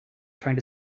trying